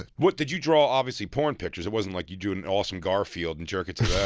what did you draw, obviously, porn pictures. it wasn't like you drew an awesome garfield and jerk it to